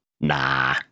Nah